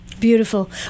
Beautiful